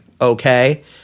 okay